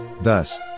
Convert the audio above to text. Thus